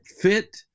fit